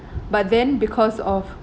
but then because of